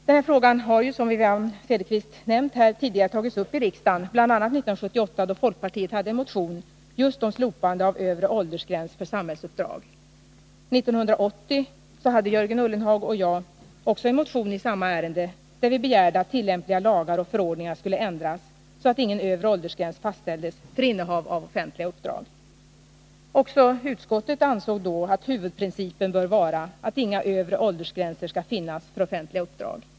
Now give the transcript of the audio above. Den här frågan har ju tidigare tagits upp här i riksdagen, bl.a. 1978 då folkpartiet hade en motion just om slopande av övre åldersgräns för samhällsuppdrag. År 1980 hade Jörgen Ullenhag och jag också en motion i samma ärende, där vi begärde att tillämpliga lagar och förordningar skulle ändras så, att ingen övre åldersgräns fastställdes för innehav av offentliga uppdrag. Också utskottet ansåg då att huvudprincipen bör vara att inga övre åldersgränser skall finnas för offentliga uppdrag.